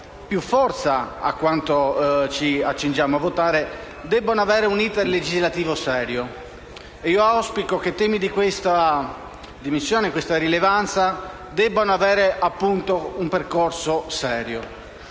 più forza a quanto ci accingiamo a votare, debbano avere un *iter* legislativo serio. E io auspico che temi di questa dimensione e di questa rilevanza abbiano un percorso serio.